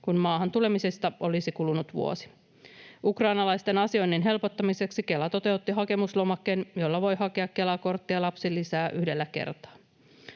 kun maahan tulemisesta olisi kulunut vuosi. Ukrainalaisten asioinnin helpottamiseksi Kela toteutti hakemuslomakkeen, jolla voi hakea Kela-korttia ja lapsilisää yhdellä kertaa.